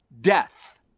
death